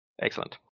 excellent